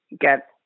get